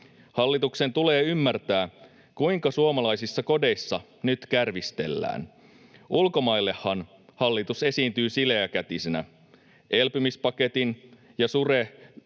Hallituksen tulee ymmärtää, kuinka suomalaisissa kodeissa nyt kärvistellään. Ulkomaillehan hallitus esiintyy sileäkätisenä. Elpymispaketin ja